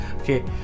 Okay